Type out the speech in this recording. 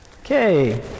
Okay